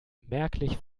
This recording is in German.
merklich